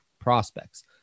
prospects